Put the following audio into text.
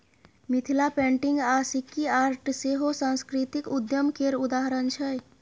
Mithila painting आ Sikki art सेहो सास्कृतिक उद्यम केर उदाहरण छै